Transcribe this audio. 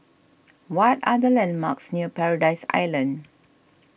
what are the landmarks near Paradise Island